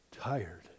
tired